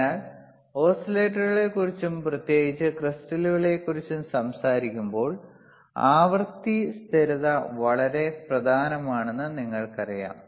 അതിനാൽ ഓസിലേറ്ററുകളെക്കുറിച്ചും പ്രത്യേകിച്ച് ക്രിസ്റ്റലുകളെക്കുറിച്ചും സംസാരിക്കുമ്പോൾ ആവൃത്തി സ്ഥിരത വളരെ പ്രധാനമാണെന്ന് നിങ്ങൾക്കറിയാം